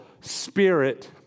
spirit